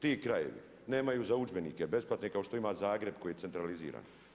Ti krajevi nemaju za udžbenike besplatne kao što ima Zagreb koji je centraliziran.